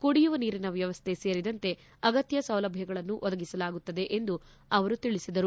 ಕುಡಿಯುವ ನೀರಿನ ವ್ಯವಸ್ಥೆ ಸೇರಿದಂತೆ ಅಗತ್ಯ ಸೌಲಭ್ಯಗಳನ್ನು ಒದಗಿಸಲಾಗುತ್ತದೆ ಎಂದು ಅವರು ತಿಳಿಸಿದರು